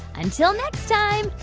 until next time,